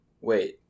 Wait